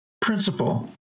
principle